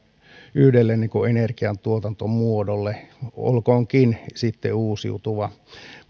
yhdelle energiantuotantomuodolle olkoonkin sitten uusiutuva